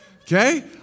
Okay